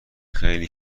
خیلی